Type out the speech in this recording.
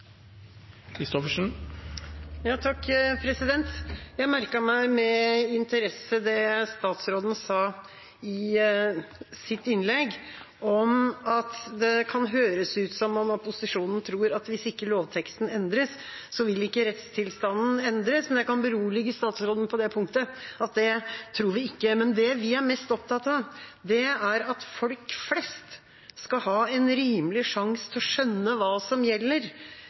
Jeg merket meg med interesse det statsråden sa i sitt innlegg om at det kan høres ut som om opposisjonen tror at hvis ikke lovteksten endres, vil ikke rettstilstanden endres. Jeg kan berolige statsråden på det punktet – det tror vi ikke. Det vi er mest opptatt av, er at folk flest skal ha en rimelig sjanse til å skjønne hva som gjelder,